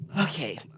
Okay